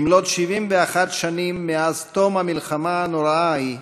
במלאות 71 שנים לתום המלחמה הנוראה ההיא,